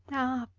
ah,